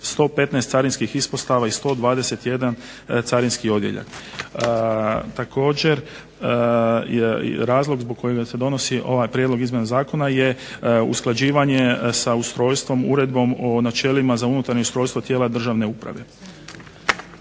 115 carinskih ispostava i 121 carinski odjeljak. Također, razlog zbog kojega se donosi ovaj prijedlog izmjena zakona je usklađivanje sa ustrojstvom uredbom o načelima za unutarnje ustrojstvo tijela državne uprave.